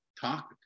talk